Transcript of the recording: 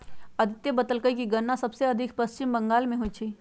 अदित्य बतलकई कि गन्ना सबसे अधिक पश्चिम बंगाल में होई छई